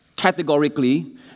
categorically